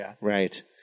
right